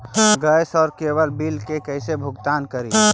Gas और cable bill के कैसे भुगतान करी?